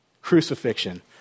crucifixion